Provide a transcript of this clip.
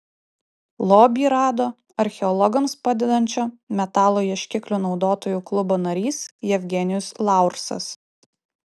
lobį rado archeologams padedančio metalo ieškiklių naudotojų klubo narys jevgenijus laursas